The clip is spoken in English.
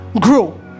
grow